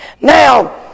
Now